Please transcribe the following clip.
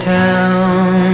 town